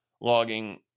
logging